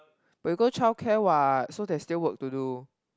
but you go childcare what so there's still work to do